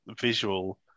visual